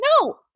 no